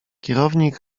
kierownik